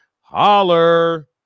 Holler